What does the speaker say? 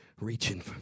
reaching